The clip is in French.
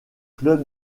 club